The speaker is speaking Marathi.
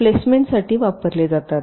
प्लेसमेंटसाठी वापरले जातात